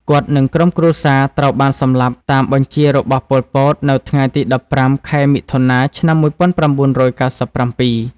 គាត់ និងក្រុមគ្រួសារត្រូវបានសម្លាប់តាមបញ្ជារបស់ ប៉ុល ពត នៅថ្ងៃទី១៥ ខែមិថុនា ឆ្នាំ១៩៩៧។